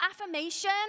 affirmation